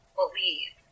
believe